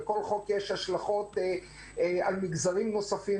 לכל חוק יש השלכות על מגזרים נוספים,